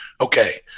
okay